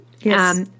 Yes